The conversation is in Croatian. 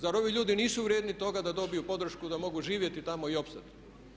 Zar ovi ljudi nisu vrijedni toga da dobiju podršku da mogu živjeti tamo i opstati.